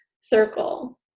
circle